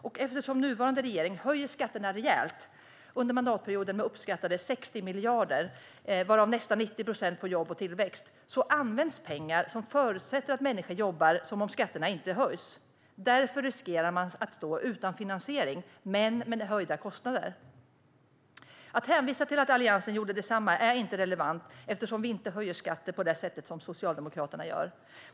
Och eftersom nuvarande regering höjer skatterna rejält, under mandatperioden med uppskattningsvis 60 miljarder, varav nästan 90 procent på jobb och tillväxt, används pengar som förutsätter att människor jobbar som om skatterna inte höjs. Därför riskerar man att stå utan finansiering - men med höjda kostnader. Att hänvisa till att Alliansen gjorde detsamma är inte relevant, eftersom vi inte höjer skatter på det sätt som Socialdemokraterna gör.